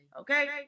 okay